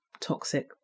toxic